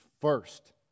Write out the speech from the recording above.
first